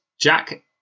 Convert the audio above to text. Jack